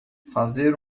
fazer